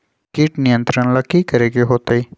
किट नियंत्रण ला कि करे के होतइ?